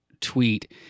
tweet